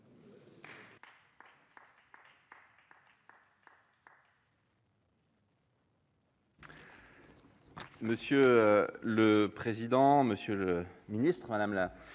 Monsieur le président, monsieur le ministre, mes